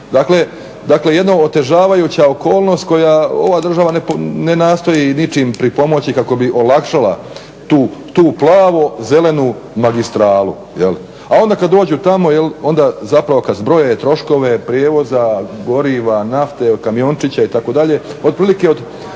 Dakle, jedna otežavajuća okolnost koju ova država ne nastoji ničim pripomoći kako bi olakšala tu plavozelenu magistralu. A onda kada dođu tamo, onda zapravo kada zbroje troškove prijevoza, goriva, nafte, kamiončića, itd.